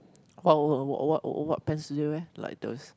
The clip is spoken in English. what what what what what pants do you wear like those